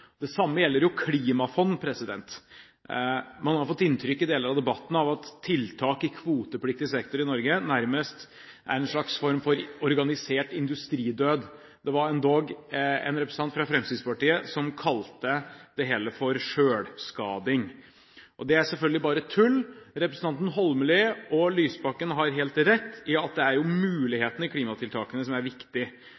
Det samme gjelder klimafond. Man har i deler av debatten fått inntrykk av at tiltak i kvotepliktig sektor i Norge nærmest er en slags form for organisert industridød. Det var endog en representant fra Fremskrittspartiet som kalte det hele for selvskading, og det er selvfølgelig bare tull. Representantene Holmelid og Lysbakken har helt rett i at det er